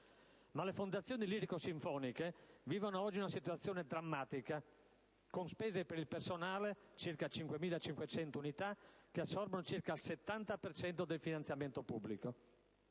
Ma le fondazioni lirico-sinfoniche vivono oggi una situazione drammatica, con spese per il personale (circa 5.500 unità) che assorbono circa il 70 per cento del finanziamento pubblico.